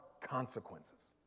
consequences